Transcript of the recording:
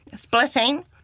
Splitting